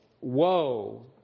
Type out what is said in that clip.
Woe